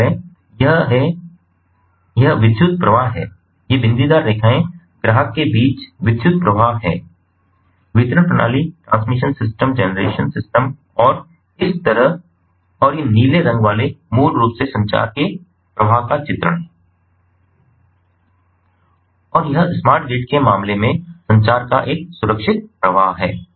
क्षमा करें यह है यह विद्युत प्रवाह है ये बिंदीदार रेखाएं ग्राहक के बीच विद्युत प्रवाह हैं वितरण प्रणाली ट्रांसमिशन सिस्टम जनरेशन सिस्टम और इसी तरह और ये नीले रंग वाले मूल रूप से संचार के प्रवाह का चित्रण हैं और यह स्मार्ट ग्रिड के मामले में संचार का एक सुरक्षित प्रवाह है